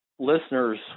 listeners